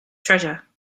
treasure